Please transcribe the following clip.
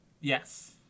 Yes